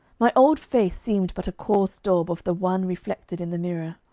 my old face seemed but a coarse daub of the one reflected in the mirror.